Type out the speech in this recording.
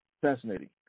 fascinating